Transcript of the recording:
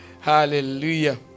Hallelujah